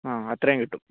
ആ അത്രയും കിട്ടും